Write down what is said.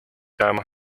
jääma